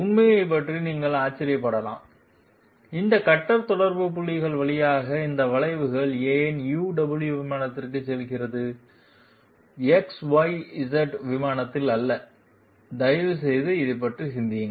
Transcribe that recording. உண்மையைப் பற்றி நீங்கள் ஆச்சரியப்படலாம் இந்த கட்டர் தொடர்பு புள்ளிகள் வழியாக இந்த வளைவு ஏன் uw விமானத்தில் செய்யப்படுகிறது XYZ விமானத்தில் அல்ல தயவுசெய்து இதைப் பற்றி சிந்தியுங்கள்